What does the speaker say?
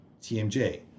TMJ